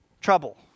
trouble